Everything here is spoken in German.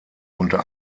unter